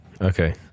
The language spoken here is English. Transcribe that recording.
okay